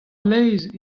leizh